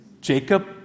Jacob